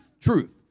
Truth